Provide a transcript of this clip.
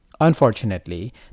Unfortunately